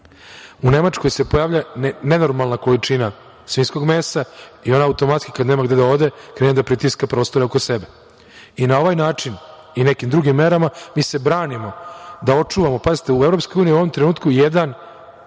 U Nemačkoj se pojavljuje nenormalna količina svinjskog mesa i ona automatski kada nema gde da ode, krene da pritiska prostore oko sebe. Na ovaj način i nekim drugim merama mi se branimo da očuvamo, pazite, u EU u ovom trenutku jedan